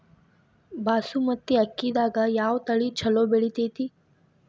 ಬಾಸುಮತಿ ಅಕ್ಕಿದಾಗ ಯಾವ ತಳಿ ಛಲೋ ಬೆಳಿತೈತಿ?